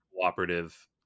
cooperative